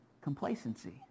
complacency